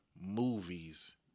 movies